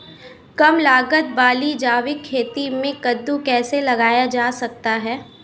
कम लागत वाली जैविक खेती में कद्दू कैसे लगाया जा सकता है?